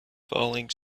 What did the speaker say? falling